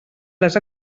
les